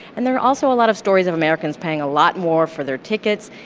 and there are also a lot of stories of americans paying a lot more for their tickets.